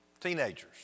teenagers